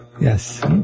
Yes